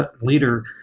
leader